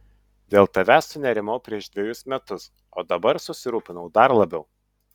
dėl tavęs sunerimau prieš dvejus metus o dabar susirūpinau dar labiau